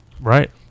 Right